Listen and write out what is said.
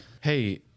Hey